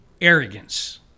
arrogance